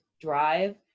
drive